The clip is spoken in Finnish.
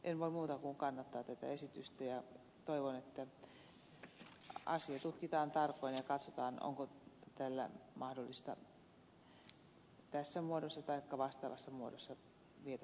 en voi muuta kuin kannattaa tätä esitystä ja toivon että asia tutkitaan tarkoin ja katsotaan onko tällä mahdollista tässä muodossa taikka vastaavassa muodossa viedä tätä asiaa eteenpäin